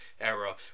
era